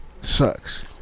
Sucks